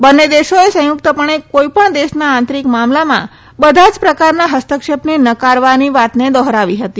બંને દેશોએ સંયુક્તપણે કોઈપણ દેશના આંતરિક મામલામાં બધા જ પ્રકારના હસ્તક્ષેપને નકારવાની વાતને દોહરાવી હતી